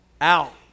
out